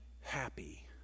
happy